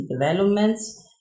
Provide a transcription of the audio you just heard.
developments